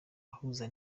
ahuza